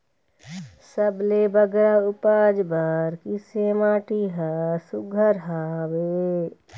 सबले बगरा उपज बर किसे माटी हर सुघ्घर हवे?